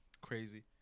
Crazy